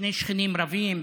שני שכנים רבים,